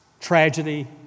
Tragedy